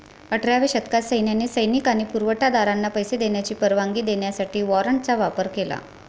अठराव्या शतकात सैन्याने सैनिक आणि पुरवठा दारांना पैसे देण्याची परवानगी देण्यासाठी वॉरंटचा वापर केला